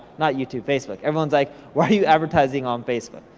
not youtube, facebook. everyone's like, why are you advertising on facebook?